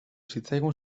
zitzaigun